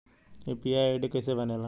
UPI ID कैसे बनेला?